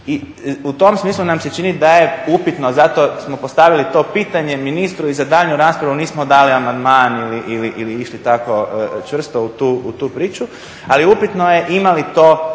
I u tom smislu nam se čini da je upitno zato smo postavili to pitanje ministru i za daljnju raspravu nismo dali amandman ili išli tako čvrsto u tu priču ali upitno je ima li to